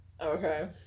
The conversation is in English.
Okay